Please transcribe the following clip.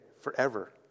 forever